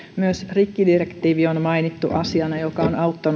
myös rikkidirektiivi on mainittu asiana joka on